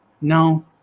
No